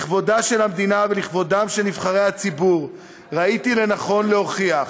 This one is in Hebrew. לכבודה של המדינה ולכבודם של נבחרי הציבור ראיתי לנכון להוכיח,